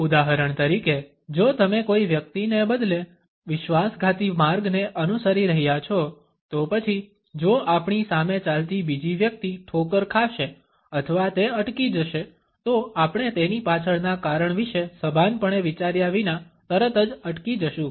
ઉદાહરણ તરીકે જો તમે કોઈ વ્યક્તિને બદલે વિશ્વાસઘાતી માર્ગને અનુસરી રહ્યા છો તો પછી જો આપણી સામે ચાલતી બીજી વ્યક્તિ ઠોકર ખાશે અથવા તે અટકી જશે તો આપણે તેની પાછળના કારણ વિશે સભાનપણે વિચાર્યા વિના તરત જ અટકી જશું